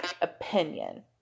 opinion